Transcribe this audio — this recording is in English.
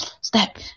step